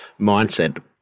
mindset